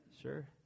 sure